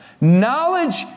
knowledge